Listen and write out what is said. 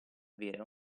avere